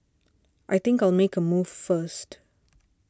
I think I'll make a move first